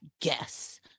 guess